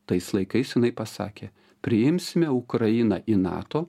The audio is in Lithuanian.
tais laikais jinai pasakė priimsime ukrainą į nato